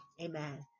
Amen